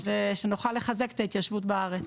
ושנוכל לחזק את ההתיישבות בארץ.